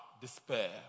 despair